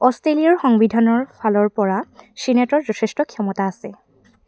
অষ্ট্ৰেলিয়াৰ সংবিধানৰ ফালৰ পৰা ছিনেটৰ যথেষ্ট ক্ষমতা আছে